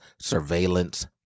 surveillance